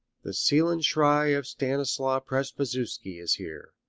the seelenschrei of stanislaw przybyszewski is here,